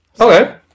Okay